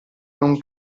non